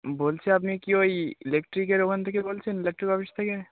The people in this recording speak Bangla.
বলছি আপনি কি ওই ইলেকট্রিকের ওখান থেকে বলছেন ইলেকট্রিক অফিস থেকে